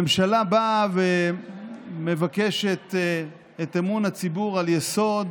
הממשלה באה ומבקשת את אמון הציבור על יסוד